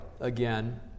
again